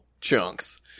chunks